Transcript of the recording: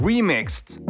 Remixed